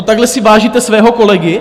Takhle si vážíte svého kolegy?